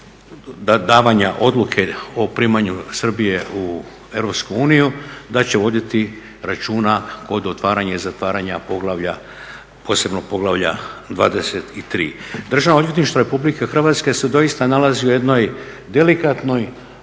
kod davanja odluke o primanju Srbije u EU da će voditi računa kod otvaranja i zatvaranja posebnog poglavlja 23. Državno odvjetništvo RH se doista nalazi u jednoj delikatnoj